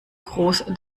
groß